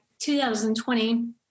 2020